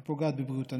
היא פוגעת בבריאות הנפש,